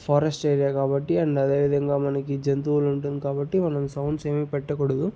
forest area కాబట్టి and అదేవిధంగా మనకి జంతువులుంటుంది కాబట్టి మనం సౌండ్స్ ఏమీ పెట్టకూడదు